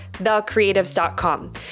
TheCreatives.com